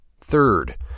Third